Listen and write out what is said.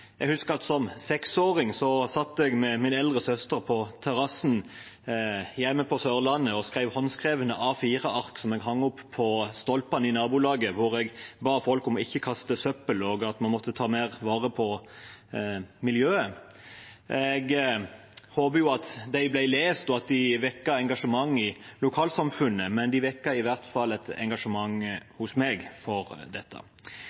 Jeg husker at jeg som seksåring satt med min eldre søster på terrassen hjemme på Sørlandet og skrev håndskrevne A4-ark som jeg hengte opp på stolpene i nabolaget hvor jeg ba folk om ikke å kaste søppel, og at man måtte ta mer vare på miljøet. Jeg håper jo at de ble lest, og at de vekket engasjementet i lokalsamfunnet. Det ble i hvert fall vekket et engasjement hos meg for dette.